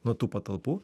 nuo tų patalpų